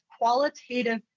qualitative